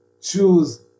choose